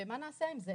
ומה נעשה עם זה.